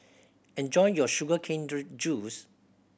enjoy your sugar cane juice